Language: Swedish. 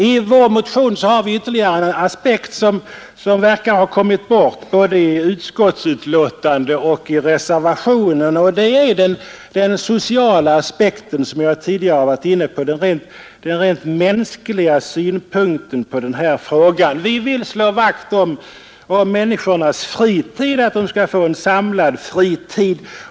I vår motion har vi också anlagt en annan aspekt, som ser ut att ha kommit bort i utskottets betänkande och i reservationen, nämligen den sociala aspekten och de rent mänskliga synpunkterna på denna fråga som jag tidigare har berört. Vi vill slå vakt om människornas fritid, vi vill att alla skall få en samlad fritid.